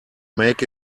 make